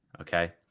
okay